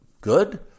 good